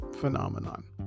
phenomenon